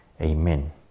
Amen